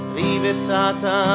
riversata